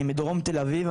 אני מדרום תל אביב,